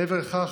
מעבר לכך,